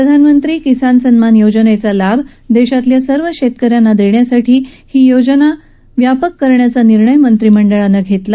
प्रधानमंत्री किसान सन्मान योजनेचा लाभ देशातल्या सर्व शेतकऱ्यांना देण्यासाठी ही योजना व्यापक करण्याचा निर्णय मंत्रिमंडळानं घेतला